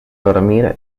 dormir